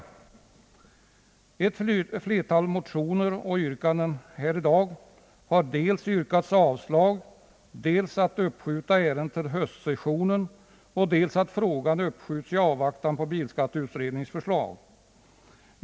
I ett flertal motioner och yrkanden här i dag har yrkats dels avslag på propositionens förslag, dels att ärendet måtte uppskjutas till höstsessionen och dels att frågan uppskjutes i avvaktan på bilskatteutredningens förslag.